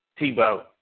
Tebow